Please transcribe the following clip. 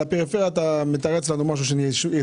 על הפריפריה אתה מתרץ לנו משהו שנראה